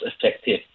effective